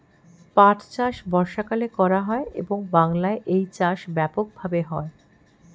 পাট চাষ বর্ষাকালে করা হয় এবং বাংলায় এই চাষ ব্যাপক ভাবে হয়